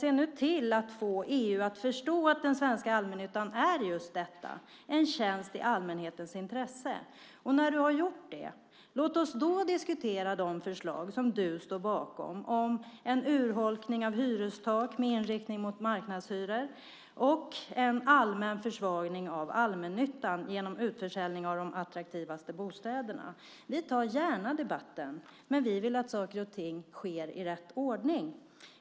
Se nu till att få EU att förstå att den svenska allmännyttan är just detta - en tjänst i allmänhetens intresse! När du har gjort det, låt oss då diskutera de förslag som du står bakom om en urholkning av hyrestak med inriktning mot marknadshyror och en allmän försvagning av allmännyttan genom utförsäljning av de attraktivaste bostäderna. Vi tar gärna debatten, men vi vill att saker och ting sker i rätt ordning.